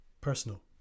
personal